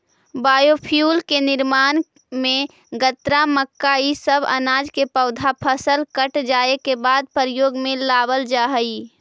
biofuel के निर्माण में गन्ना, मक्का इ सब अनाज के पौधा फसल कट जाए के बाद प्रयोग में लावल जा हई